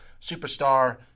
superstar